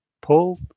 Paul